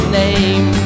name